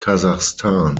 kasachstan